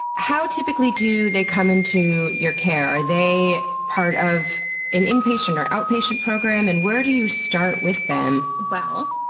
how typically do they come into your care? are they part of an inpatient or outpatient program, and where do you start with them? well,